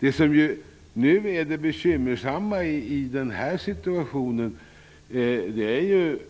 Det bekymmersamma i denna situation, från